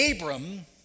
Abram